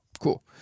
Cool